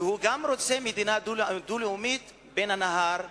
וגם רוצה מדינה דו-לאומית בין הנהר לים.